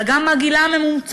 אלא גם מה גילם הממוצע.